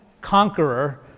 conqueror